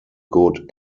good